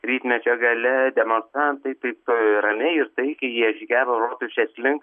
rytmečio gale demonstrantai taip ramiai ir taikiai jie žygiavo rotušės link